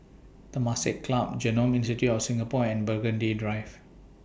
Temasek Club Genome Institute of Singapore and Burgundy Drive